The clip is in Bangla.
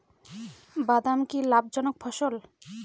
বাদাম কি লাভ জনক ফসল?